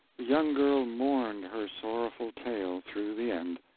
the young girl mourned her sorrowful tale through the end,